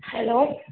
hello